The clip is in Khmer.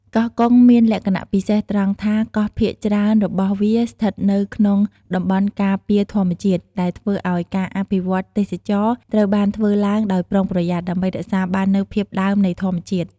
កោះកុងមានលក្ខណៈពិសេសត្រង់ថា កោះភាគច្រើនរបស់វាស្ថិតនៅក្នុងតំបន់ការពារធម្មជាតិ ដែលធ្វើឱ្យការអភិវឌ្ឍន៍ទេសចរណ៍ត្រូវបានធ្វើឡើងដោយប្រុងប្រយ័ត្ន ដើម្បីរក្សាបាននូវភាពដើមនៃធម្មជាតិ។